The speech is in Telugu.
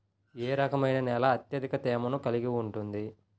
ఏ రకమైన నేల అత్యధిక తేమను కలిగి ఉంటుంది?